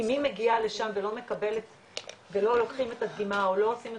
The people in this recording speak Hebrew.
מי מגיע לשם ולא מקבל ולא לוקחים את הדגימה ולא עושים את